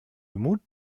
mut